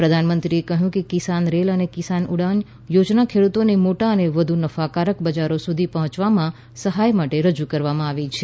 પ્રધાનમંત્રીએ કહ્યું કે કિસાન રેલ અને કિસાન ઉડાન યોજના ખેડુતોને મોટા અને વધુ નફાકારક બજારો સુધી પહોંચવામાં સહાય માટે રજૂ કરવામાં આવી છે